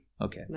Okay